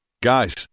Guys